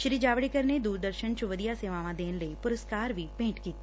ਸ੍ਰੀ ਜਾਵੜੇਕਰ ਨੇ ਦੁਰਦਰਸ਼ਨ ਚ ਵਧੀਆ ਸੇਵਾਵਾਂ ਦੇਣ ਲਈ ਪੁਰਸਕਾਰ ਵੀ ਭੇਂਟ ਕੀਤੇ